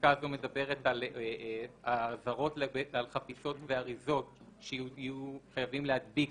הפסקה הזאת מדברת על האזהרות על חפיסות ואריזות שיהיו חייבים להדביק